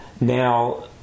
now